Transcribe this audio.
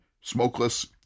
smokeless